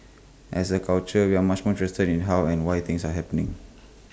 as A culture we are much more interested in how and why things are happening